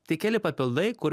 tai keli papildai kur